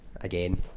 again